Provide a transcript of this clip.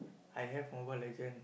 I have Mobile-Legend